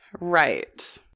Right